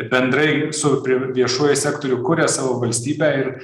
bendrai su prie viešoju sektoriu kuria savo valstybę ir